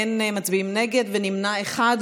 אין מתנגדים, נמנע אחד.